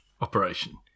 operation